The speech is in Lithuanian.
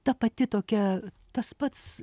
ta pati tokia tas pats